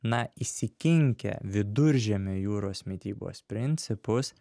na įsikinkę viduržemio jūros mitybos principus